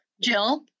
jill